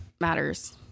matters